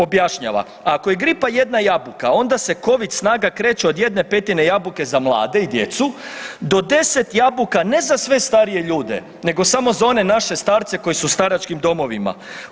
Objašnjava, ako je gripa jedna jabuka, onda se Covid snaga kreće od jedne petine jabuke za mlade i djecu, do 10 jabuka ne za sve starije ljude, nego samo za one naše starci koji su u staračkim domovima.